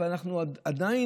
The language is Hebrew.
אבל אנחנו עדיין,